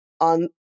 on